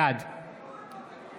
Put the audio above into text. בעד